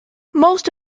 most